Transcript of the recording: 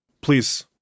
Please